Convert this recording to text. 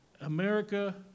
America